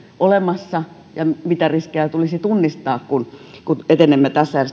olemassa ja mitä riskejä tulisi tunnistaa kun kun etenemme tässä